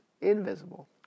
invisible